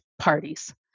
parties